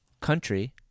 country